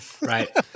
Right